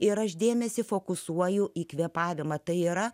ir aš dėmesį fokusuoju į kvėpavimą tai yra